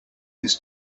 his